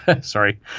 sorry